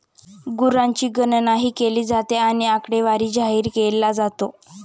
गुरांची गणनाही केली जाते आणि आकडेवारी जाहीर केला जातो